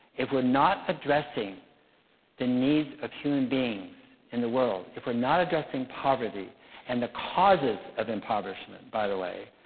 if we're not addressing the needs of human beings in the world, if we're not addressing poverty and the causes of impoverishment by the way,